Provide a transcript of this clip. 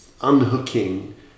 unhooking